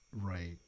Right